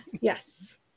Yes